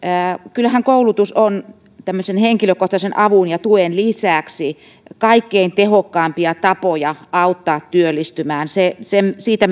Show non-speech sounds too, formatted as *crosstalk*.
kyllähän koulutus on henkilökohtaisen avun ja tuen lisäksi kaikkein tehokkaimpia tapoja auttaa työllistymään siitä *unintelligible*